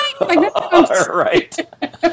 Right